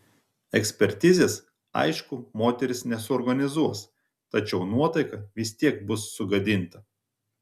ekspertizės aišku moteris nesuorganizuos tačiau nuotaika vis tiek bus sugadinta